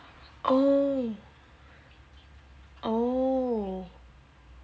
oh oh